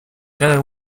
cada